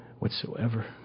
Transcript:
Whatsoever